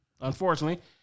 unfortunately